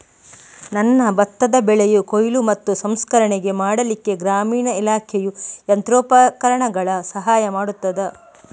ನನ್ನ ಭತ್ತದ ಬೆಳೆಯ ಕೊಯ್ಲು ಮತ್ತು ಸಂಸ್ಕರಣೆ ಮಾಡಲಿಕ್ಕೆ ಗ್ರಾಮೀಣ ಇಲಾಖೆಯು ಯಂತ್ರೋಪಕರಣಗಳ ಸಹಾಯ ಮಾಡುತ್ತದಾ?